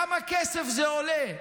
כמה כסף זה עולה?